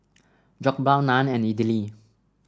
Jokbal Naan and Idili